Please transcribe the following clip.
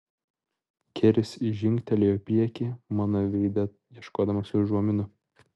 keris žingtelėjo į priekį mano veide ieškodamas užuominų